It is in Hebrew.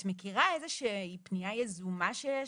את מכירה איזו שהיא פניה יזומה שיש?